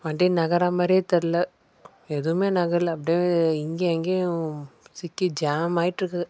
வண்டி நகர்றாமாதிரியே தெரியல எதுவுமே நகரில் அப்டே இங்கேயும் அங்கேயும் சிக்கி ஜாமாயிட்டுருக்குது